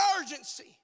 urgency